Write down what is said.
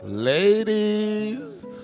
Ladies